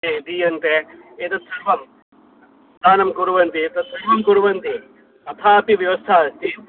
दीयन्ते एतत् सर्वं दानं कुर्वन्ति तत् सर्वं कुर्वन्ति तथाऽपि व्यवस्था अस्ति